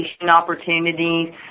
opportunities